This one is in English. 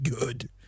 good